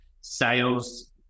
sales